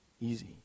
easy